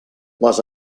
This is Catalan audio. les